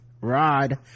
rod